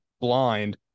blind